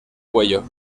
cuello